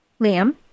Liam